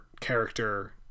character